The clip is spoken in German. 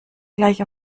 gleich